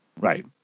Right